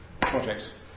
projects